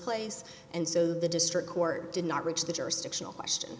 place and so the district court did not reach the jurisdictional question